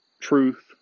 truth